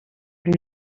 plus